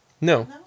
No